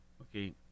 Okay